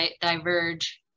diverge